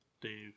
Dave